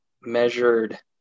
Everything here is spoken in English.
measured